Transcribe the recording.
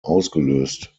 ausgelöst